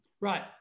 Right